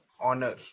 honor